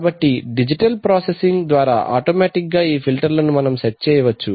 కాబట్టి digital processing ద్వారా automatic గా ఈ ఫిల్టర్లను మనము సెట్ చేయవచ్చు